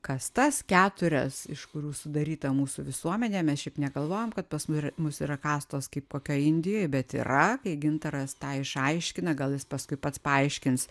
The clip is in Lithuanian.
kastas keturias iš kurių sudaryta mūsų visuomenė mes šiaip negalvojom kad pas mu mus yra kastos kaip kokioj indijoj bet yra kai gintaras tą išaiškina gal jis paskui pats paaiškins